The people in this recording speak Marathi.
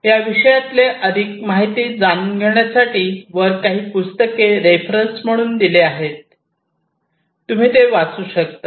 या विषयातले अधिक माहिती जाणून घेण्यासाठी वर काही पुस्तके रेफरन्स म्हणून दिले आहेत तुम्ही ते वाचू शकतात